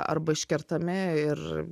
arba iškertami ir